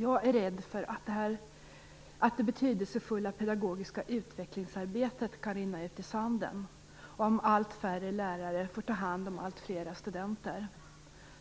Jag är rädd för att det betydelsefulla pedagogiska utvecklingsarbetet kan rinna ut i sanden om allt färre lärare får ta hand om alltfler studenter.